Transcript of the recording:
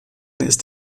ist